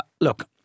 look